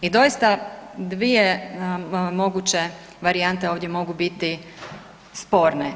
I doista dvije moguće varijante ovdje mogu biti sporne.